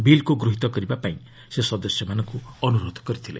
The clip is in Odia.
ବିଲ୍କୁ ଗୃହିତ କରିବା ପାଇଁ ସେ ସଦସ୍ୟମାନଙ୍କୁ ଅନୁରୋଧ କରିଥିଲେ